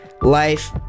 life